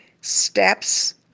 steps